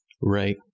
Right